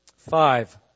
Five